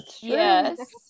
Yes